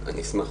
אני אשמח.